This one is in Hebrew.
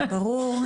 ברור.